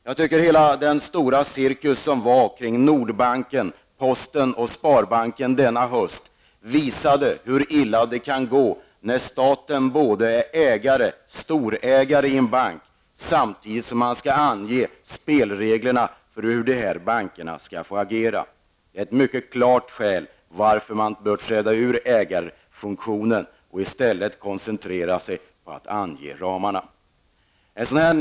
Jag tycker att den stora cirkus som ägde rum kring Nordbanken, Posten och Sparbanken denna höst visade hur illa det kan gå när staten är storägare i en bank samtidigt som man anger spelreglerna för hur bankerna skall få agera. Det är ett mycket klart skäl till att staten bör träda ur ägarfunktionen och i stället koncentrera sig på att ange ramarna för verksamheten.